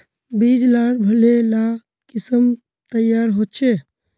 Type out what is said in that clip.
बीज लार भले ला किसम तैयार होछे